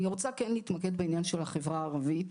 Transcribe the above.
אני רוצה כן להתמקד בעניין של החברה הערבית,